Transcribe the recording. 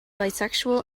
bisexual